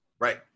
Right